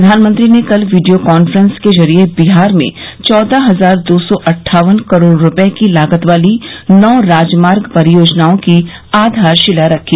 प्रधानमंत्री ने कल वीडियो कॉन्फ्रेंस के जरिए बिहार में चौदह हजार दो सौ अटठावन करोड़ रुपये की लागत वाली नौ राजमार्ग परियोजनाओं की आधारशिला रखी